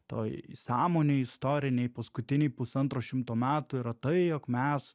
toj sąmonėj istorinėj paskutiniai pusantro šimto metų yra tai jog mes